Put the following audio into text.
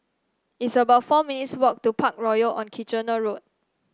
it's about four minutes' walk to Parkroyal on Kitchener Road